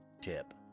tip